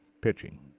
pitching